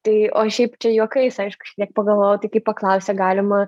tai o šiaip čia juokais aišku aš net pagalvojau tai kai paklausia galima